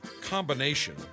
combination